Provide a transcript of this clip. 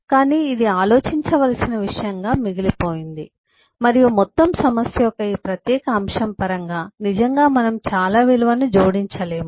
కానీ ఇది ఆలోచించవలసిన విషయంగా మిగిలిపోయింది మరియు మొత్తం సమస్య యొక్క ఈ ప్రత్యేక అంశం పరంగా నిజంగా మనం చాలా విలువను జోడించలేము